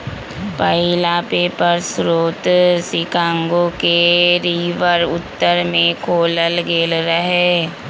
पहिला पेपर स्रोत शिकागो के रिवर उत्तर में खोलल गेल रहै